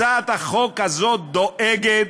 הצעת החוק הזאת דואגת